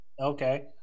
okay